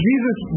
Jesus